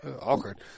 Awkward